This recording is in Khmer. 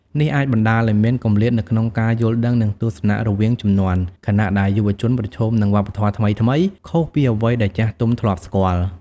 នេះអាចបណ្ដាលឱ្យមានគម្លាតនៅក្នុងការយល់ដឹង និងទស្សនៈរវាងជំនាន់ ខណៈដែលយុវជនប្រឈមនឹងវប្បធម៌ថ្មីៗ ខុសពីអ្វីដែលចាស់ទុំធ្លាប់ស្គាល់។